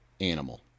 animal